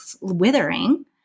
withering